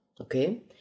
Okay